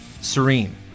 serene